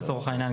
לצורך העניין,